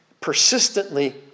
persistently